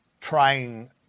trying